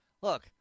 Look